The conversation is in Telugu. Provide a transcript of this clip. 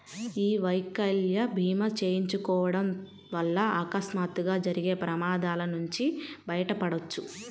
యీ వైకల్య భీమా చేయించుకోడం వల్ల అకస్మాత్తుగా జరిగే ప్రమాదాల నుంచి బయటపడొచ్చు